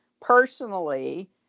personally